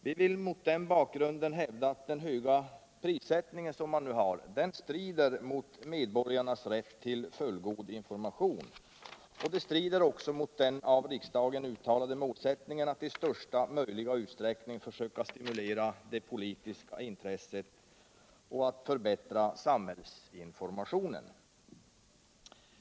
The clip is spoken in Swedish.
Vi vill mot den bakgrunden hävda att de höga priserna strider mot medborgarnas rätt till fullgod information, och de strider också mot den av riksdagen uttalade målsättningen att i största möjliga utsträckning försöka stimulera det politiska intresset och förbättra samhällsinformationen.